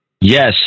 Yes